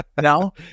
No